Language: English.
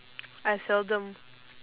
I seldom